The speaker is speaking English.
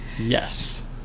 Yes